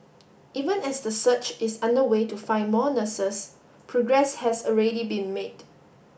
even as the search is underway to find more nurses progress has already been made